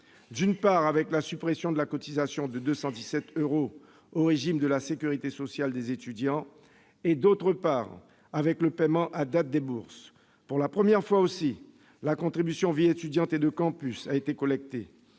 d'une part, avec la suppression de la cotisation de 217 euros au régime de la sécurité sociale des étudiants ; d'autre part, avec le paiement à date des bourses. Pour la première fois aussi, la contribution vie étudiante et de campus, la CVEC, a été collectée.